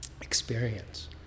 experience